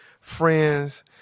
friends